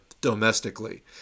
domestically